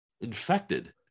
infected